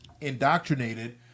indoctrinated